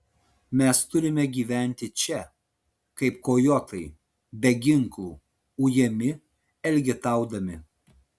mes turime gyventi čia kaip kojotai be ginklų ujami elgetaudami